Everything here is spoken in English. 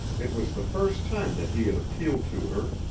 it was the first time that he had appealed to her,